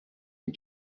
une